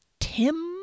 Tim